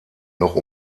noch